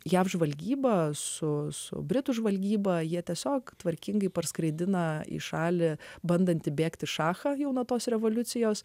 jav žvalgyba su britų žvalgyba jie tiesiog tvarkingai parskraidina į šalį bandantį bėgti šachą jau nuo tos revoliucijos